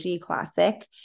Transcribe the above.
classic